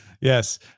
Yes